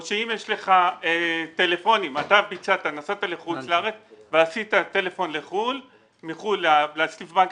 או שאם יש לך טלפונים נסעת לחו"ל והתקשרת מחו"ל לסניף הבנק